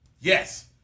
Yes